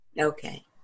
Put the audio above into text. Okay